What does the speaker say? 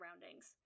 surroundings